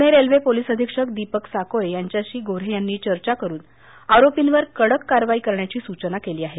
Pune railway police अधीक्षक दीपक साकोरे यांच्याशी गोन्हे यांनी चर्चा करून आरोपिंवर कडक कारवाई करण्यात यावी अशी सूचना केली आहे